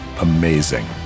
amazing